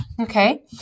Okay